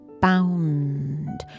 bound